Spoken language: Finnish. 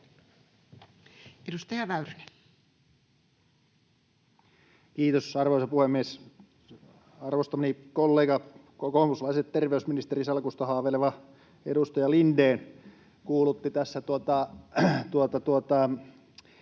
Edustaja Väyrynen. Kiitos, arvoisa puhemies! Arvostamani kollega, kokoomuslaisesta terveysministerisalkusta haaveileva edustaja Lindén kuulutti tässä